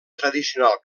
tradicional